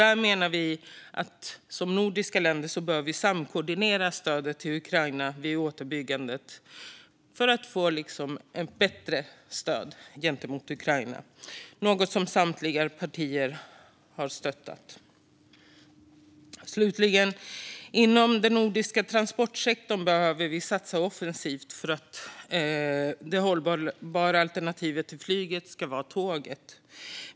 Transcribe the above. Där menar vi att vi som nordiska länder bör samkoordinera stödet till Ukraina vid återuppbyggandet, för att få till ett bättre stöd. Detta är något som samtliga partier har stöttat. Inom den nordiska transportsektorn behöver vi satsa offensivt för att det hållbara alternativet till flyget ska vara tåget.